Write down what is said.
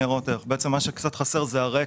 מה שקצת חסר זה הרקע.